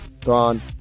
Thrawn